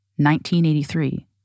1983